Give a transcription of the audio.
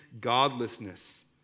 godlessness